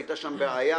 הייתה שם בעיה